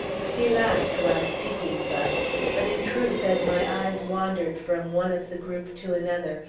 she laughed, while speaking thus. but, in truth, as my eyes wandered from one of the group to another,